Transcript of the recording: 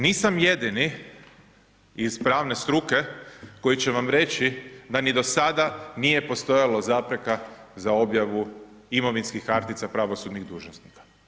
Nisam jedini iz pravne struke koji će vam reći da ni do sada nije postojalo zapreka za objavu imovinskih kartica pravosudnih dužnosnika.